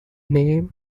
name